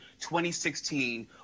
2016